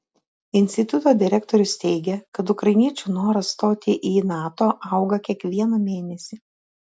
instituto direktorius teigia kad ukrainiečių noras stoti į nato auga kiekvieną mėnesį